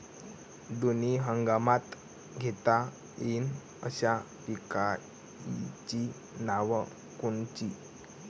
दोनी हंगामात घेता येईन अशा पिकाइची नावं कोनची?